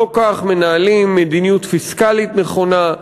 לא כך מנהלים מדיניות פיסקלית נכונה.